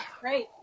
Great